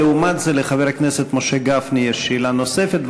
אבל לעומת זאת לחבר הכנסת משה גפני יש שאלה נוספת.